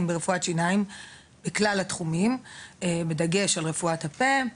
ברפואת שיניים בכלל התחומים ובדגש על רפואת הפה,